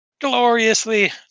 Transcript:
gloriously